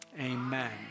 amen